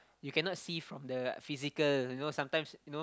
you cannot see from the physical you know sometimes you know